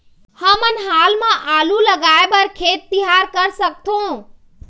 हमन हाल मा आलू लगाइ बर खेत तियार कर सकथों?